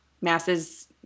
masses